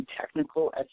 technical